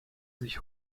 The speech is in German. sich